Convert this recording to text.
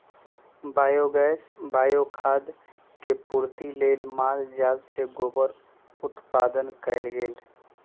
biogas, bio खाद के पूर्ति लेल माल जाल से गोबर उत्पादन कएल गेल